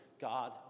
God